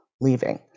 leaving